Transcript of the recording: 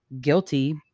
guilty